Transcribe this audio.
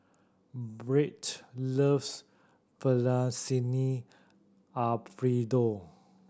Byrd loves Alfredo